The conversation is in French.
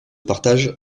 partage